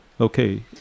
Okay